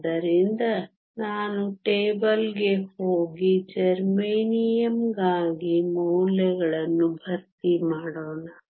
ಆದ್ದರಿಂದ ನಾನು ಟೇಬಲ್ಗೆ ಹೋಗಿ ಜೆರ್ಮೇನಿಯಮ್ಗಾಗಿ ಮೌಲ್ಯಗಳನ್ನು ಭರ್ತಿ ಮಾಡೋಣ